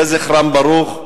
יהא זכרם ברוך.